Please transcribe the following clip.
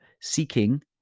seeking